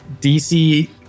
DC